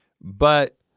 but-